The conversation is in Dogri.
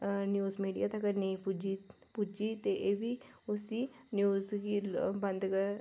न्यूज़ मीडिया तक्कर नेईं पुज्जी पुज्जी ते एह्बी उसी न्यूज़ गी बंद